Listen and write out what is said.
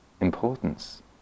importance